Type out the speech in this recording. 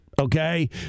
Okay